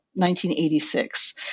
1986